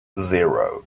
zero